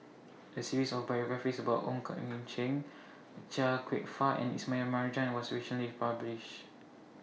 A series of biographies about Ong Keng Chia Kwek Fah and Ismail Marjan was recently published